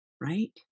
Right